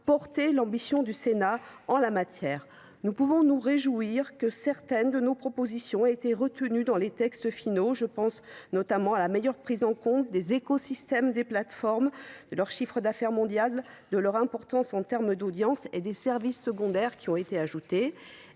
porté l’ambition du Sénat en la matière. Nous pouvons nous réjouir que certaines de nos propositions aient été retenues dans les textes finals : je pense notamment à la meilleure prise en compte des écosystèmes des plateformes, de leur chiffre d’affaires mondial, de leur importance en matière d’audience, ainsi que des services secondaires qui ont été ajoutés.